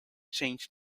change